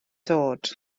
dod